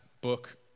book